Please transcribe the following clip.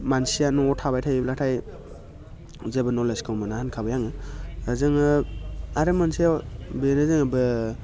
मानसिया न'आव थाबाय थायोब्लाथाय जेबो नलेजखौ मोना होनखाबाय आङो जोङो आरो मोनसे बेनो जाहैबाय